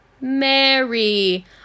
Mary